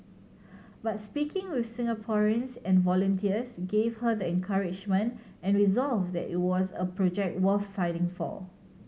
but speaking with Singaporeans and volunteers gave her the encouragement and resolve that it was a project worth fighting for